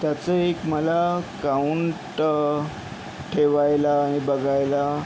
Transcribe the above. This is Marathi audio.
त्याचं एक मला काउन्ट ठेवायला आणि बघायला